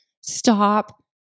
stop